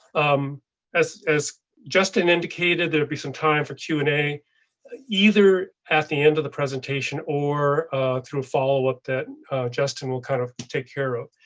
um as as justin indicated, there would be some time for q and a either at the end of the presentation or through follow-up that justin will kind of take care of,